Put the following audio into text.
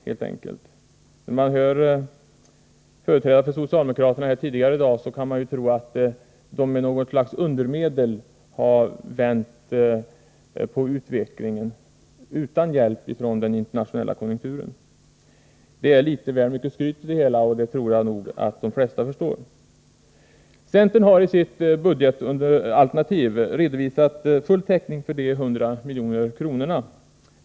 När man har hört företrädare för socialdemokraterna tidigare i dag kan man tro att de med något slags undermedel har vänt utvecklingen utan hjälp av den internationella konjunkturen. Det är litet väl mycket skryt i detta, och det tror jag nog att de flesta förstår. Centern har i sitt budgetalternativ redovisat full täckning för de 100 miljonerna.